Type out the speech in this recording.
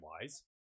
wise